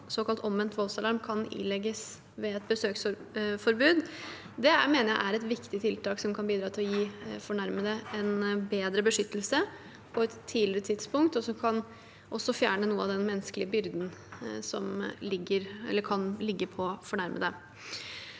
såkalt omvendt voldsalarm, kan ilegges ved et besøksforbud – mener jeg er et viktig tiltak som kan bidra til å gi fornærmede en bedre beskyttelse på et tidligere tidspunkt. Det kan også fjerne noe av den menneskelige byrden som ligger, eller